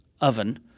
oven